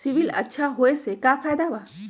CIBIL अच्छा होऐ से का फायदा बा?